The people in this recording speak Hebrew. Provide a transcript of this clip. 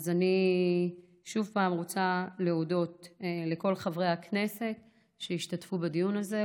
אני שוב רוצה להודות לכל חברי הכנסת שהשתתפו בדיון הזה,